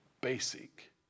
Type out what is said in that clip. BASIC